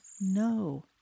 no